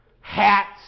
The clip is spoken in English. Hats